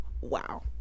wow